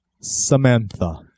samantha